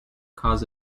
cause